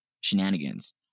shenanigans